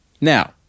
Now